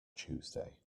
tuesday